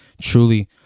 truly